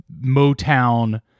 Motown